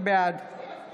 בעד